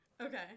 Okay